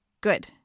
Good